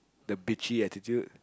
the bitchy attitude